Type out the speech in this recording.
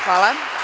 Hvala.